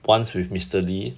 once with mister lee